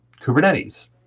kubernetes